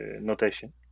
notation